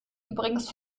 übrigens